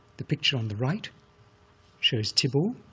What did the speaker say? the picture on the right shows thibaw